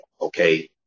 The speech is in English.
Okay